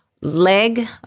Leg